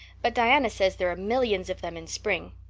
but diana says there are millions of them in spring.